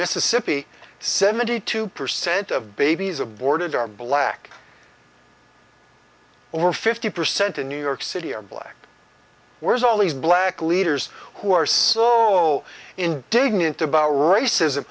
mississippi seventy two percent of babies aborted are black or fifty percent in new york city are black where's all these black leaders who are slow indignant about racism